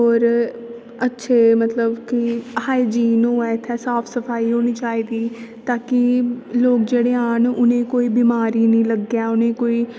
और अच्छे मतलब कि हाईजीन होऐ इत्थै साफ सफाई होनी चाहिदी ताॅकि लोग जेहडे़ आन इनेंगी कोई बिमारी नेई लग्गै उनेंगी कोई